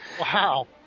Wow